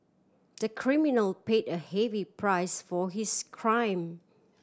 the criminal paid a heavy price for his crime